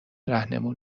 رهنمون